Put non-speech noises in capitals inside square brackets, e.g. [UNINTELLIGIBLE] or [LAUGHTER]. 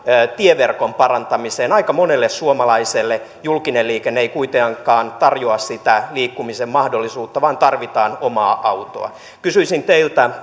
tieverkon parantamiseen aika monelle suomalaiselle julkinen liikenne ei kuitenkaan tarjoa sitä liikkumisen mahdollisuutta vaan tarvitaan omaa autoa kysyisin teiltä [UNINTELLIGIBLE]